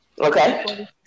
Okay